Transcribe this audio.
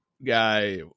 Guy